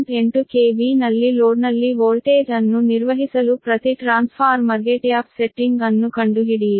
8 KV ನಲ್ಲಿ ಲೋಡ್ನಲ್ಲಿ voltage ಅನ್ನು ನಿರ್ವಹಿಸಲು ಪ್ರತಿ ಟ್ರಾನ್ಸ್ಫಾರ್ಮರ್ಗೆ ಟ್ಯಾಪ್ ಸೆಟ್ಟಿಂಗ್ ಅನ್ನು ಕಂಡುಹಿಡಿಯಿರಿ